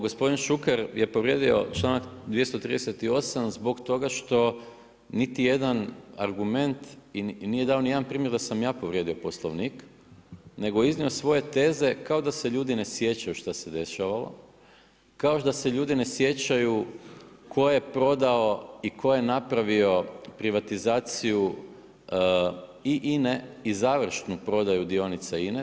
Gospodin Šuker je povrijedio članak 238. zbog toga što niti jedan argument i nije dao ni jedan primjer da sam ja povrijedio Poslovnik nego iznio svoje teze kao da se ljudi ne sjećaju što se dešavalo, kao da se ljudi ne sjećaju tko je prodao i tko je napravio privatizaciju i INA-e i završnu prodaju dionica INA-e.